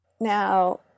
Now